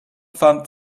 pfand